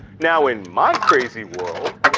now in my crazy world,